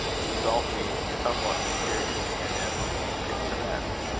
the result being somewhat mysterious and eminently picturesque.